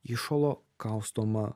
įšalo kaustoma